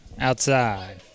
outside